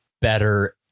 better